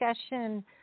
discussion